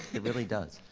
it really does.